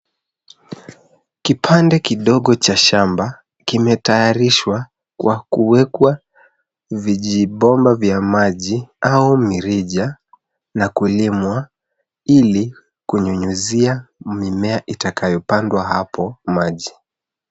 Kipande kidogo cha shamba kimetayarishwa kwa kuwekwa vijibomba vya maji au mirija na kulimwa ili kunyunyuzia mimea itakayopandwa hapo maji.